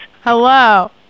Hello